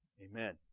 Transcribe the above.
Amen